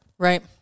right